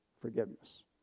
forgiveness